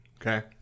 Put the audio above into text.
okay